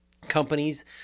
Companies